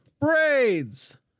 braids